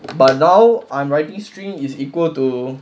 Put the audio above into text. but now I'm writing string is equal to